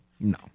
no